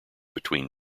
between